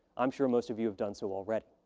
i'm sure most of you have done so already.